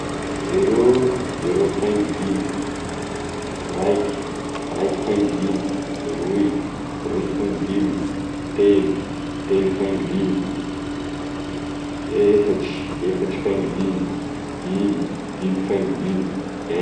Zero, zero faingo dimy, raiky, raiky faingo dimy, roy, roy faingo dimy, telo, telo faingo dimy, efatry, efatry faingo dimy, dimy, dimy faingo dimy, e-